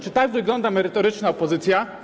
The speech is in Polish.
Czy tak wygląda merytoryczna opozycja?